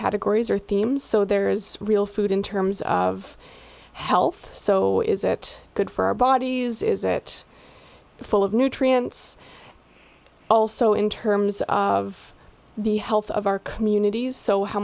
categories or themes so there is real food in terms of health so is it good for our bodies is it full of nutrients also in terms of the health of our communities so how